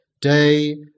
day